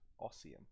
Ossium